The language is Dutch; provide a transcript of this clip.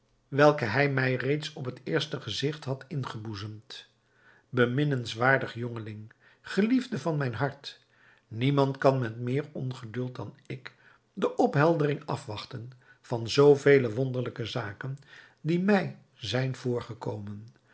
welke hij mij reeds op het eerste gezigt had ingeboezemd beminnenswaardig jongeling geliefde van mijn hart niemand kan met meer ongeduld dan ik de opheldering afwachten van zoo vele wonderlijke zaken die mij zijn voorgekomen